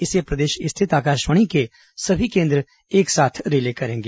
इसे प्रदेश स्थित आकाशवाणी के सभी केंद्र एक साथ रिले करेंगे